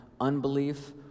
unbelief